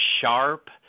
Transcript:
sharp